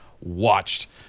watched